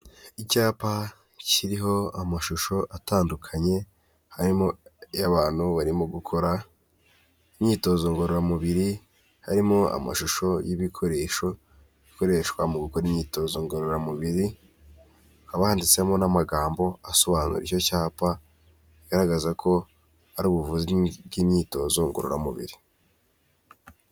Icyapa kiriho amashusho atandukanye harimo ay'abantu barimo gukora imyitozo ngororamubiri harimo amashusho y'ibikoresho bikoreshwa mu gukora imyitozo ngororamubiri hakaba handitsemo n'amagambo asobanura icyo cyapa bigaragaza ko ari ubuvuzi bw'imyitozo ngororamubiri.